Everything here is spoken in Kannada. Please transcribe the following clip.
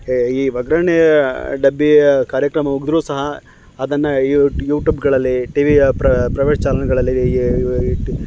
ಹೇ ಈ ಒಗ್ಗರಣೆಯ ಡಬ್ಬಿಯ ಕಾರ್ಯಕ್ರಮ ಮುಗಿದ್ರೂ ಸಹ ಅದನ್ನು ಯೂಟೂಬುಗಳಲ್ಲಿ ಟಿ ವಿಯ ಪ್ರವೇಟ್ ಚಾನಲ್ಲುಗಳಲ್ಲಿ